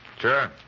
Sure